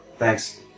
Thanks